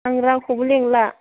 आं रावखौबो लिंला